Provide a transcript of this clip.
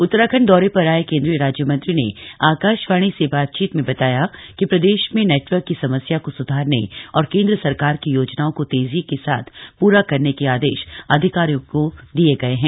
उत्तराखंड दौरे पर आये केंद्रीय राज्यमंत्री ने आकाशवाणी से बातचीत में बताया कि प्रदेश में नेटर्वक की समस्या को सुधारने और केंद्र सरकार की योजनाओं को तेजी के साथ पूरा करने के आदेश अधिकारियों को दिये गये हैं